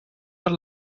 per